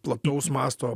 plataus masto